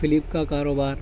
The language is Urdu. فلپ کا کاروبار